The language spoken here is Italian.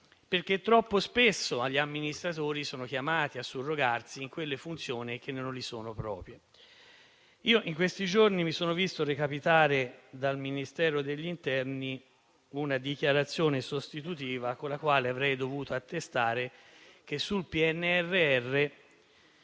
tecnici. Troppo spesso, infatti, gli amministratori sono chiamati a surrogarsi in funzioni che non sono loro proprie. In questi giorni, mi son visto recapitare dal Ministero dell'interno una dichiarazione sostitutiva con la quale avrei dovuto attestare che, sul PNRR,